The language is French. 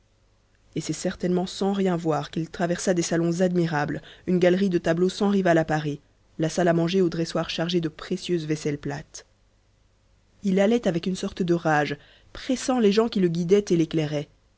et c'est certainement sans rien voir qu'il traversa des salons admirables une galerie de tableaux sans rivale à paris la salle à manger aux dressoirs chargés de précieuse vaisselle plate il allait avec une sorte de rage pressant les gens qui le guidaient et l'éclairaient